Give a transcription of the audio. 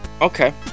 Okay